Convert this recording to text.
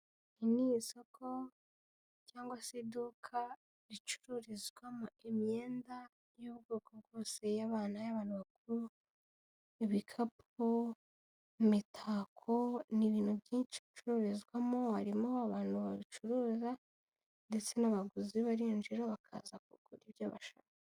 N'isoko cyangwa se iduka ricururizwamo imyenda y'ubwoko bwose, iy'abana. abantu bakuru, ibikapu imitako, n'ibintu byinshicururizwamo, harimo abantu babicuruza ndetse n'abaguzi barinjira, bakaza kugura ibyo bashaka.